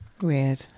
Weird